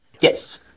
Yes